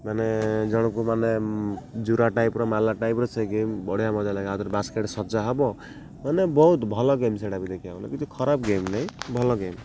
ମାନେ ଜଣଙ୍କୁ ମାନେ ଜୁରା ଟାଇପର ମାରିଲା ଟାଇପର ସେ ଗେମ୍ ବଢ଼ିଆ ମଜାଲାଗେ ଆଉଥରେ ବାସ୍କେଟ୍ ସଜା ହବ ମାନେ ବହୁତ ଭଲ ଗେମ୍ ସେଇଟା ବି ଦେଖିବାକୁ ଗଲେ କିଛି ଖରାପ ଗେମ୍ ନାହିଁ ଭଲ ଗେମ୍